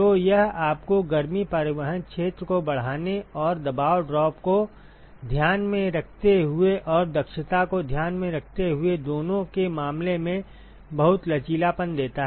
तो यह आपको गर्मी परिवहन क्षेत्र को बढ़ाने और दबाव ड्रॉप को ध्यान में रखते हुए और दक्षता को ध्यान में रखते हुए दोनों के मामले में बहुत लचीलापन देता है